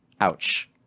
ouch